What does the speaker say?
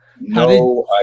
No